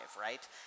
right